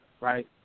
Right